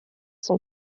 sont